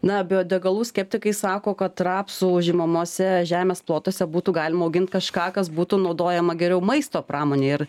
na biodegalų skeptikai sako kad rapsų užimamose žemės plotuose būtų galima augint kažką kas būtų naudojama geriau maisto pramonėj ir